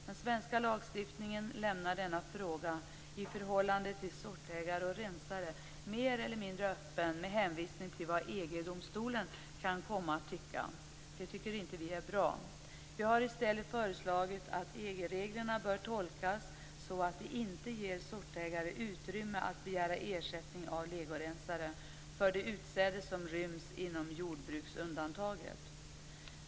Den svenska lagstiftningen lämnar denna fråga, förhållandet sortägarerensare, mer eller mindre öppen med hänvisning till vad EG-domstolen kan komma att tycka. Det tycker inte vi är bra. Vi har i stället föreslagit att EG-reglerna bör tolkas så att de inte ger sortägare utrymme att begära ersättning av legorensare för det utsäde som ryms inom jordbruksundantaget.